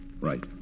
Right